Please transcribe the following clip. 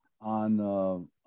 on